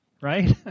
right